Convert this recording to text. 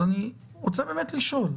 אני רוצה לשאול: